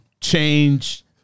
change